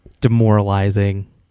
demoralizing